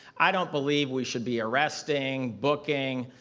i don't believe we should be arresting, booking,